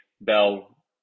Bell